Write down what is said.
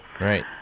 right